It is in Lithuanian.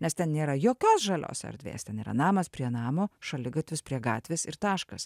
nes ten nėra jokios žalios erdvės ten yra namas prie namo šaligatvis prie gatvės ir taškas